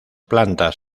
plantas